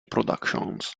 productions